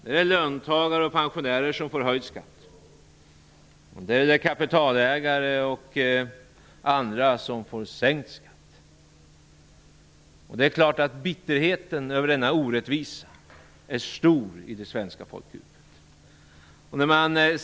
Det är löntagare och pensionärer som får höjd skatt, och det är kapitalägare och andra som får sänkt skatt. Det är klart att bitterheten över denna orättvisa är stor i det svenska folkdjupet.